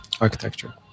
architecture